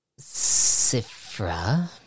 Sifra